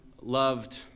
loved